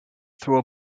throw